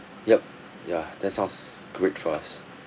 yup ya that sounds great for us